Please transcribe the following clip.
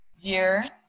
year